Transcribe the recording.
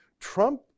Trump